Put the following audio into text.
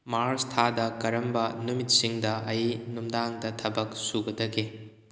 ꯃꯥꯔꯁ ꯊꯥꯗ ꯀꯔꯝꯕ ꯅꯨꯃꯤꯠꯁꯤꯡꯗ ꯑꯩ ꯅꯨꯡꯡꯗ ꯊꯕꯛ ꯁꯨꯒꯗꯒꯦ